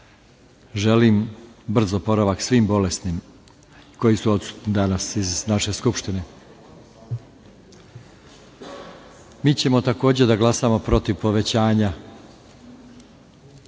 Želim brz oporavak svim bolesnim koji su odsutni danas iz naše Skupštine. Mi ćemo takođe da glasamo protiv povećanja